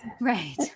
Right